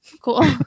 cool